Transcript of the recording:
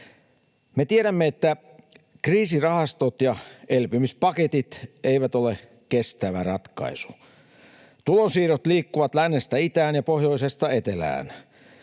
Me tiedämme, että kriisirahastot ja elpymispaketit eivät ole kestävä ratkaisu. Tulonsiirrot liikkuvat lännestä itään ja pohjoisesta etelään.